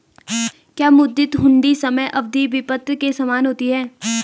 क्या मुद्दती हुंडी समय अवधि विपत्र के समान होती है?